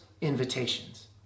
invitations